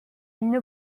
une